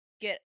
get